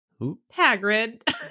Hagrid